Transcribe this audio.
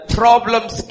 problems